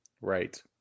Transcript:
Right